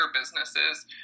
businesses